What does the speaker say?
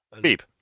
Beep